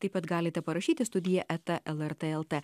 taip pat galite parašyti studija eta lrt lt